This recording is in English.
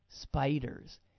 Spiders